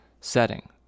setting